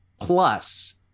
plus